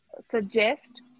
suggest